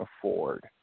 afford